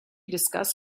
discuss